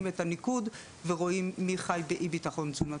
את הניקוד ורואים מי חיי באי ביטחון תזונתי.